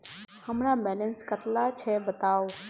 हमार बैलेंस कतला छेबताउ?